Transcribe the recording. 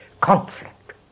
conflict